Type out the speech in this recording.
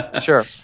Sure